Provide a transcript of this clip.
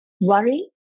worry